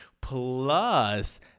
Plus